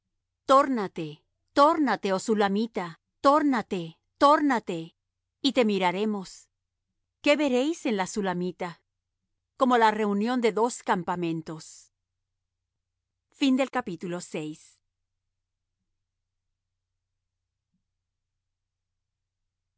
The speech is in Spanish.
tórnate tórnate oh sulamita tórnate tórnate y te miraremos qué veréis en la sulamita como la reunión de dos campamentos